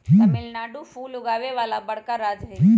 तमिलनाडु फूल उगावे वाला बड़का राज्य हई